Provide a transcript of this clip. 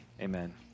Amen